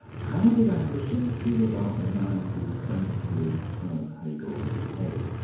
how did anderson feel about the man who famously turned hegel on his head,